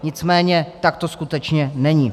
Nicméně tak to skutečně není.